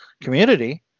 Community